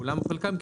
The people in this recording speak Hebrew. כולם או חלקם,